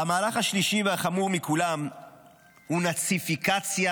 והמהלך השלישי והחמור מכולם הוא נאציפיקציה